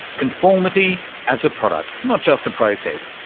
conformity as a product, not just a process,